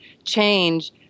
change